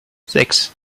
sechs